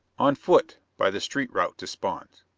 on foot, by the street route to spawn's